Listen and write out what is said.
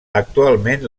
actualment